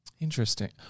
Interesting